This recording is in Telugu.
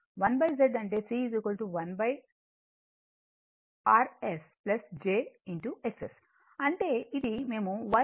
కాబట్టి 1Z అంటే C 1 Rs jXS అంటే ఇది మేము YS